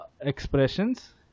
expressions